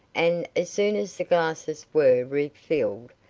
and as soon as the glasses were refilled,